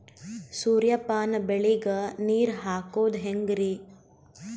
ಸೂರ್ಯಪಾನ ಬೆಳಿಗ ನೀರ್ ಹಾಕೋದ ಹೆಂಗರಿ?